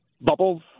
bubbles